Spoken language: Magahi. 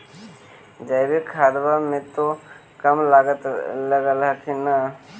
जैकिक खदबा मे तो कम लागत लग हखिन न?